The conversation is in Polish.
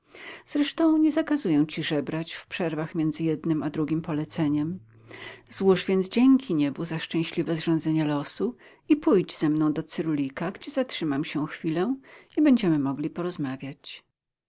zresztą nie zakazuję ci żebrać w przerwach między jednym a drugim poleceniem złóż więc dzięki niebu za szczęśliwe zrządzenie losu i pójdź ze mną do cyrulika gdzie zatrzymam się chwilę i będziemy mogli porozmawiać